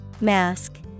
Mask